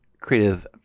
creative